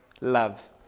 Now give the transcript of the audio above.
love